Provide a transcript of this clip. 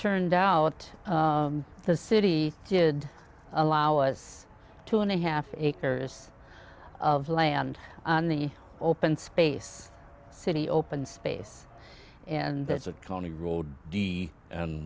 turned out the city did allow us two and a half acres of land in the open space city open space and the